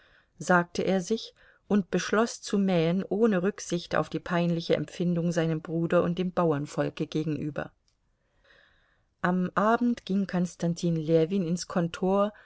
sagte er sich und beschloß zu mähen ohne rücksicht auf die peinliche empfindung seinem bruder und dem bauernvolke gegenüber am abend ging konstantin ljewin ins kontor